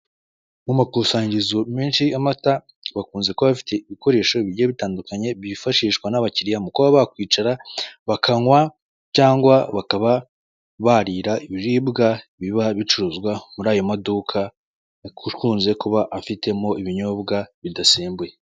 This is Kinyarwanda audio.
Mu makusanyirizo menshi y'amata bakunze kuba bafite ibikoresho bigiye bitandukanye byifashishwa n'abakiriya mu kuba bakwicara bakanywa cyangwa bakaba barira ibiribwa biba bicuruzwa muri ayo maduka akunze kuba afitemo ibinyobwa bidasembuye.